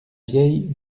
vieille